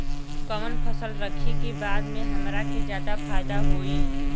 कवन फसल रखी कि बाद में हमरा के ज्यादा फायदा होयी?